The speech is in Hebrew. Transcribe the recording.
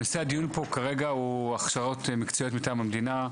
הנושא הדיון פה כרגע הוא הכשרות מקצועיות מטעם המדינה,